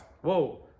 Whoa